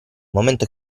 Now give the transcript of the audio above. momento